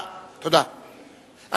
17,